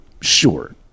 Sure